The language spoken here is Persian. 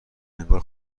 انگار